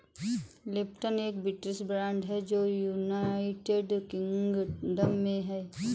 Lipton एक British brand है जो यूनाइटेड किंगडम में है